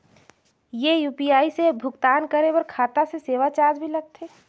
ये यू.पी.आई से भुगतान करे पर खाता से सेवा चार्ज भी लगथे?